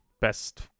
Best